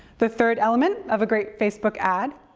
the third element of a great facebook ad?